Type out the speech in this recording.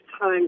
time